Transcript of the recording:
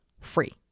free